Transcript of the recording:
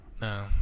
no